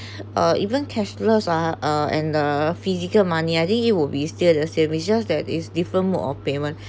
uh even cashless ah uh and uh physical money I think it will be still the same is just that is different mode of payment